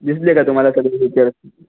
दिसले का तुम्हाला सगळे फीचर्स